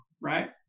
right